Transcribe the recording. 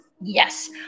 Yes